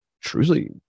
truly